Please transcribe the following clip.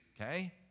Okay